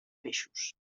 peixos